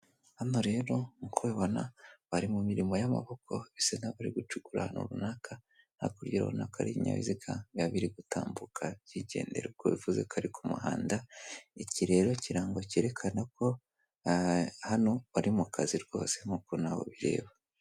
Hano rero nkuko ubibona bari mu mirimo y'amaboko bisa naho bari gucukura ahantu runaka, hakurya urabona ko ari ibinyabiziga biba biri gutambuka byigendera, ubwo bivuze ko ari ku muhanda, iki rero kirango cyerekane ko hano bari mu kazi rwose, nk'uko nawe ubireba.